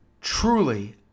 truly